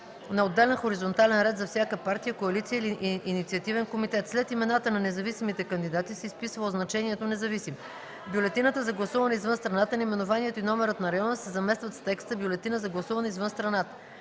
на отделен хоризонтален ред за всяка партия, коалиция или инициативен комитет. След имената на независимите кандидати се изписва означението „независим”. В бюлетината за гласуване извън страната наименованието и номерът на района се заместват с текста „Бюлетина за гласуване извън страната”.